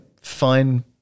fine